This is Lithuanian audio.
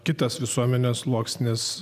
kitas visuomenės sluoksnis